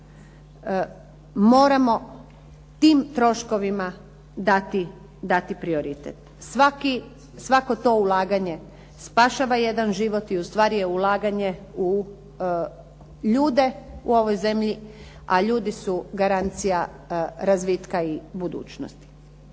Moramo tim troškovima dati prioritet. Svako to ulaganje spašava jedan život i ustvari je ulaganje u ljude u ovoj zemlji a ljudi su garancija razvitka i budućnosti.